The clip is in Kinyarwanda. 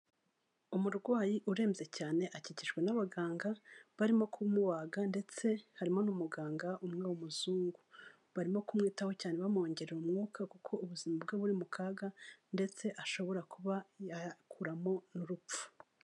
Umurwayi urembye cyane akikijwe n'abaganga barimo ku mubaga ndetse harimo n'umuganga umwe w'umuzungu, barimo kumwitaho cyane bamwongerera umwuka kuko ubuzima bwe buri mu kaga, ndetse ashobora kuba yakuramo n'urupfu.